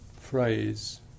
phrase